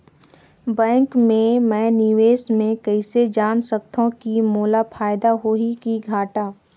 Bank मे मैं निवेश मे कइसे जान सकथव कि मोला फायदा होही कि घाटा?